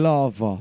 Lava